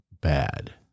bad